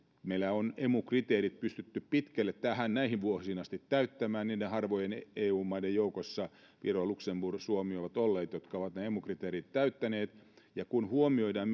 meillä on pystytty täyttämään emu kriteerit pitkälle näihin vuosiin asti harvojen eu maiden joukossa viro luxemburg ja suomi ovat olleet ne jotka ovat ne emu kriteerit täyttäneet ja kun huomioidaan